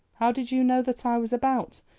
how did you know that i was about?